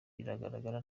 biragaragara